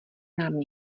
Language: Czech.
nám